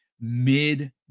mid